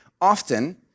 often